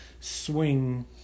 swing